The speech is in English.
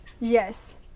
Yes